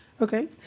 Okay